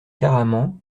caraman